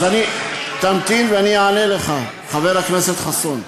אז תמתין ואני אענה לך, חבר הכנסת חסון.